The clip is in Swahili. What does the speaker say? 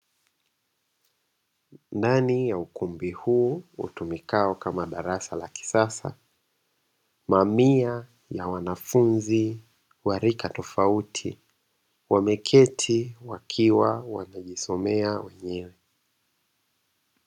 Ndani ya ukumbi huu utumikao kama darasa la kisasa, mamia ya wanafunzi wa rika tofauti wameketi wakiwa wanajisomea wenyewe.